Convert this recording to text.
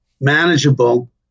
manageable